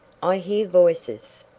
i hear voices.